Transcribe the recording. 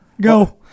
Go